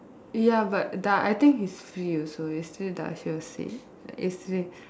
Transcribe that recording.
ya but Da I think he's free also yesterday Da also saying yesterday